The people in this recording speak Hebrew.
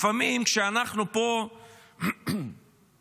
לפעמים כשאנחנו פה מדברים